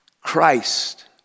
Christ